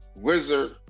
wizard